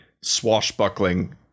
swashbuckling